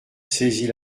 saisit